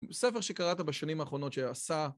ספר שקראת בשנים האחרונות שעשה